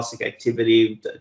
activity